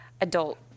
adult